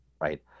Right